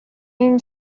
این